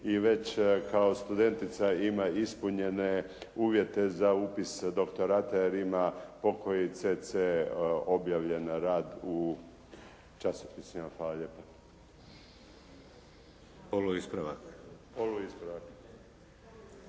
i već kao studentica ima ispunjene uvjete za upis doktorata, jer ima pokoji CC objavljen rad u časopisima. Hvala lijepa. **Šeks,